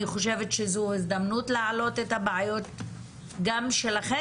אני חושבת שזו הזדמנות להעלות את הבעיות גם שלכן,